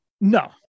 No